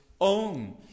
own